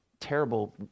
terrible